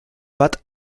bat